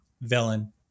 Villain